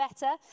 better